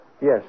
Yes